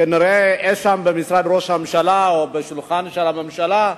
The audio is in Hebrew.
כנראה אי-שם במשרד ראש הממשלה או ליד שולחן הממשלה,